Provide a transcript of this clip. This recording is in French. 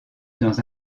dans